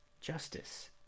justice